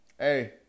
Hey